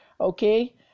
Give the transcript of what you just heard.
Okay